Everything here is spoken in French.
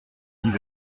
dix